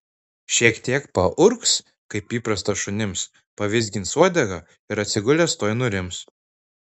šiek tiek paurgs kaip įprasta šunims pavizgins uodega ir atsigulęs tuoj nurims